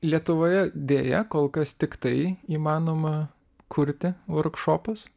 lietuvoje deja kol kas tiktai įmanoma kurti vorkšopus